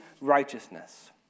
righteousness